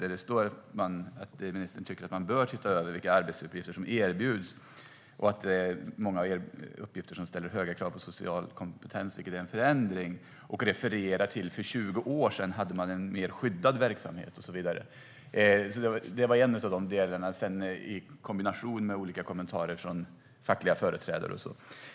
Där står att ministern tycker att man bör titta över vilka arbetsuppgifter som erbjuds och att många uppgifter ställer höga krav på social kompetens, vilket är en förändring. Hon refererade till att man för 20 år sedan hade en mer skyddad verksamhet. Det var en av delarna, men det var även en kombination av olika kommentarer från fackliga företrädare.